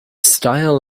style